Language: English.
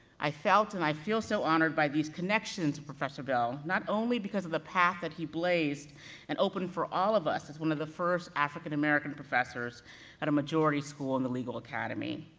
i felt, and i feel so honored by these connections to professor bell, not only because of the path that he blazed and opened for all of us, as one of the first african american professors at a majority school in the legal academy,